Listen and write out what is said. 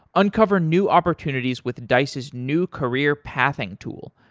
uncover new opportunities with dice's new career-pathing tool,